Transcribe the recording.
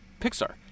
Pixar